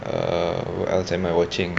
err what else am I watching